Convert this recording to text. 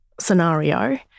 scenario